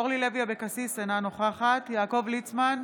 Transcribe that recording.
אורלי לוי אבקסיס, אינה נוכחת יעקב ליצמן,